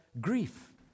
grief